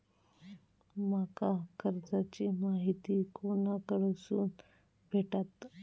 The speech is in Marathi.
माका कर्जाची माहिती कोणाकडसून भेटात?